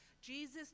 Jesus